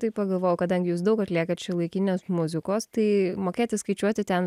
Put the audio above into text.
taip pagalvojau kadangi jūs daug atliekat šiuolaikinės muzikos tai mokėti skaičiuoti ten